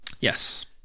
Yes